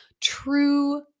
true